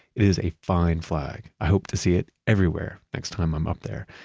it is a fine flag. i hope to see it everywhere next time i'm up there.